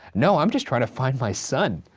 no, i'm just trying to find my son.